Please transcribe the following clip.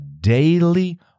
daily